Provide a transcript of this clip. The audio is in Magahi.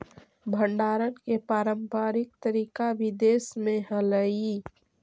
भण्डारण के पारम्परिक तरीका भी देश में हलइ